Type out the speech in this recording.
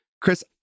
Chris